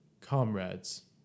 Comrades